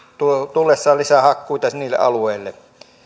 tullessaan lisää hakkuita niille alueille